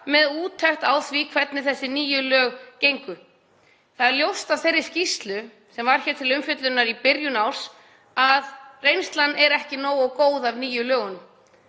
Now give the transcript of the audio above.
með úttekt á því hvernig þessi nýju lög gangi. Það er ljóst af þeirri skýrslu, sem var hér til umfjöllunar í byrjun árs, að reynslan er ekki nógu góð af nýju lögunum.